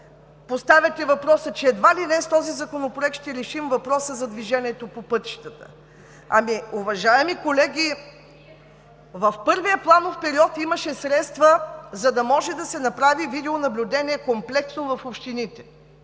поставяте въпроса, че едва ли не с този законопроект ще решим въпроса за движението по пътищата, ами, уважаеми колеги, в първия планов период имаше средства, за да може да се направи комплексно видеонаблюдение в общините